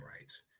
rights